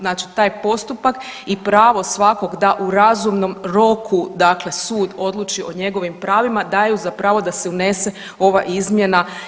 Znači taj postupak i pravo svakog da u razumnom roku, dakle sud odluči o njegovim pravima daju za pravo da se unese ova izmjena.